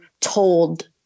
told